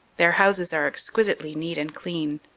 their houses are exquisitely neat and clean,